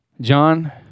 John